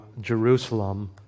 Jerusalem